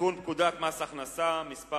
לתיקון פקודת מס הכנסה (מס'